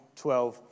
12